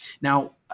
now